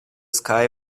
sky